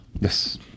Yes